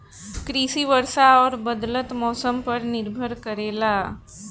कृषि वर्षा और बदलत मौसम पर निर्भर करेला